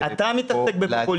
פה להציג --- אתה מתעסק בפופוליזם,